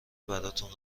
براتون